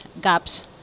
gaps